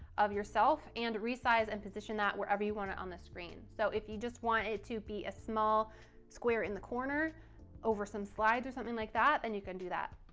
of yourself, and resize and position that wherever you want it on the screen. so if you just want it to be a small square in the corner over some slides or something like that, then and you can do that.